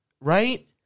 right